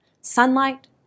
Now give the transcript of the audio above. sunlight